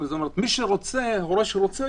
זאת אומרת הורה שרוצה,